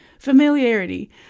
Familiarity